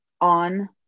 on